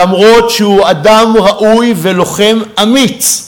למרות שהוא אדם ראוי ולוחם אמיץ,